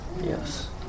Yes